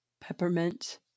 peppermint